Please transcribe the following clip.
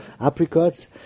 apricots